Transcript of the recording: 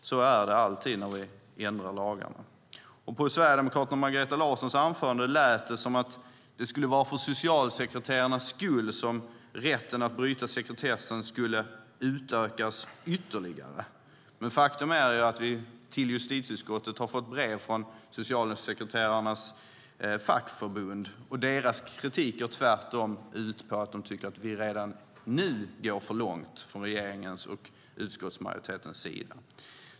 Det görs alltid när vi ändrar lagarna. På Sverigedemokraternas Margareta Larsson lät det som att det skulle vara för socialsekreterarnas skull som rätten att bryta sekretessen skulle utökas ytterligare. Faktum är att vi till justitieutskottet har fått brev från socialsekreterarnas fackförbund, och deras kritik går tvärtom ut på att de tycker att vi redan nu går för långt från regeringens och utskottsmajoritetens sida.